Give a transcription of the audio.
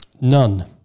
none